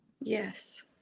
Yes